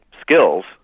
skills